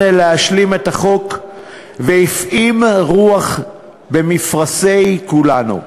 להשלים את החוק והפעים רוח במפרשי כולנו.